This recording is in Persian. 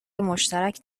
مشترک